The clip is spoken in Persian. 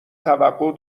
توقع